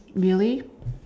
really